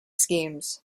schemes